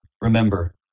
Remember